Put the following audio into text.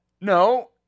No